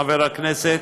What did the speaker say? חבר הכנסת.